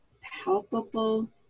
palpable